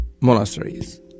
monasteries